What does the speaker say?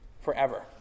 forever